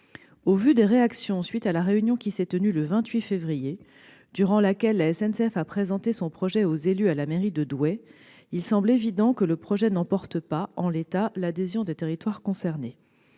Au vu des réactions faisant suite à la réunion qui s'est tenue le 28 février dernier, durant laquelle la SNCF a présenté son projet aux élus à la mairie de Douai, il semble évident que ce projet n'emporte pas, en l'état, l'adhésion des territoires concernés.